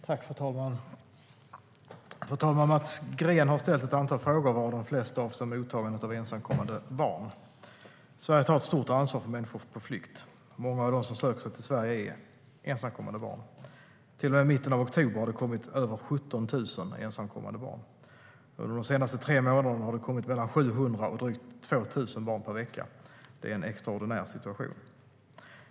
Svar på interpellationer Fru talman! Mats Green har ställt ett antal frågor, varav de flesta avser mottagandet av ensamkommande barn. Sverige tar ett stort ansvar för människor på flykt. Många av dem som söker sig till Sverige är ensamkommande barn. Till och med mitten av oktober hade det kommit över 17 000 ensamkommande barn. Under de senaste tre månaderna har det kommit mellan 700 och drygt 2 000 barn per vecka. Det är en extraordinär situation.